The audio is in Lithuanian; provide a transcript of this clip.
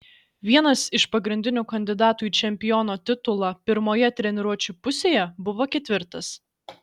vienas iš pagrindinių kandidatų į čempiono titulą pirmoje treniruočių pusėje buvo ketvirtas